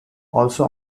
also